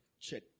check